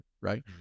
right